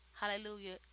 hallelujah